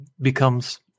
becomes